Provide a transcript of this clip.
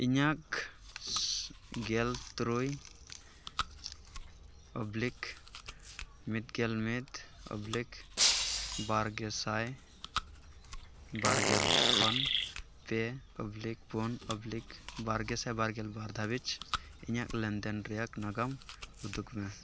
ᱤᱧᱟᱹᱜ ᱜᱮᱞ ᱛᱩᱨᱩᱭ ᱚᱵᱽᱞᱤᱠ ᱢᱤᱫᱜᱮᱞ ᱢᱤᱫᱽ ᱚᱵᱽᱞᱤᱠ ᱵᱟᱨᱜᱮᱥᱟᱭ ᱵᱟᱨᱜᱮᱞ ᱠᱷᱚᱱ ᱯᱮ ᱚᱵᱽᱞᱤᱠ ᱯᱩᱱ ᱚᱵᱽᱞᱤᱠ ᱵᱟᱨᱜᱮᱥᱟᱭ ᱵᱟᱨᱮᱞ ᱫᱷᱟᱹᱵᱤᱡ ᱤᱧᱟᱹᱜ ᱞᱮᱱᱫᱮᱱ ᱨᱮᱭᱟᱜ ᱱᱟᱜᱟᱢ ᱩᱫᱩᱜ ᱢᱮ